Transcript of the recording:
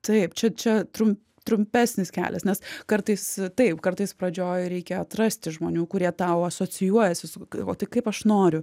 taip čia čia trum trumpesnis kelias nes kartais taip kartais pradžioj reikia atrasti žmonių kurie tau asocijuojasi su o tai kaip aš noriu